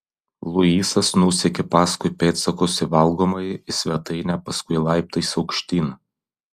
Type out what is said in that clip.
luisas nusekė paskui pėdsakus į valgomąjį į svetainę paskui laiptais aukštyn